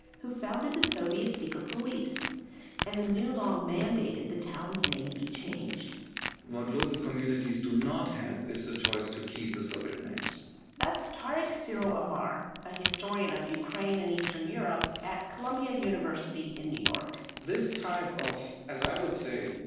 who founded the soviet secret police and the new law mandated the town's name be changed what local communities do not have is a choice to keep the soviet names that's tarik cyril amar a historian of ukraine in eastern europe at columbia university in new york this type of, as i would say,